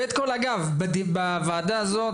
בוועדה הזאת,